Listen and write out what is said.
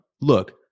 Look